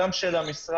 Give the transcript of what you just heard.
גם של המשרד,